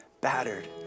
battered